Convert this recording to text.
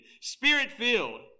spirit-filled